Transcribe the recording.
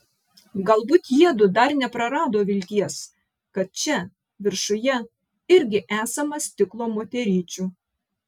galbūt jiedu dar neprarado vilties kad čia viršuje irgi esama stiklo moteryčių